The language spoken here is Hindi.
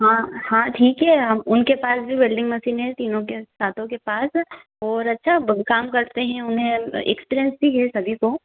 हाँ हाँ ठीक है उनके पास भी वेल्डिंग मसीने हैं तीनों के सातों के पास और अच्छा काम करते हैं उन्हें एक्सपिरेन्स भी है सभी को